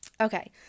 okay